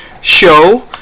show